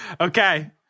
Okay